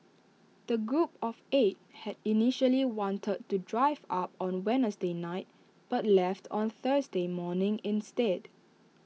the group of eight had initially wanted to drive up on Wednesday night but left on Thursday morning instead